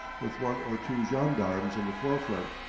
with one or two gendarmes in the forefront,